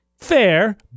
Fair